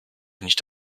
nicht